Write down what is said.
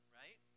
right